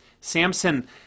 Samson